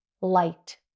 light